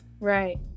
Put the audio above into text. Right